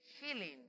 healing